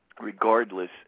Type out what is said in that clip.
regardless –